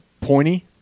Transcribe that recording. pointy